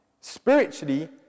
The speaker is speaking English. Spiritually